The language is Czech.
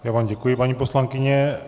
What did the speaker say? Já vám děkuji, paní poslankyně.